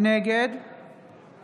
נגד